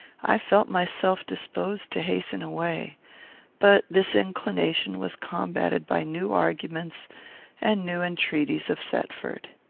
i felt myself disposed to hasten away but this inclination was combated by new arguments and new entreaties of thetford.